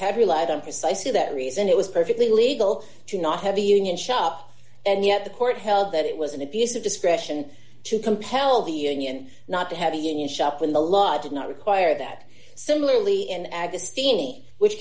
had relied on precisely that reason it was perfectly legal to not have a union shop and yet the court held that it was an abuse of discretion to compel the union not to have a union shop when the law did not require that similarly in agnes steenie which